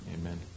Amen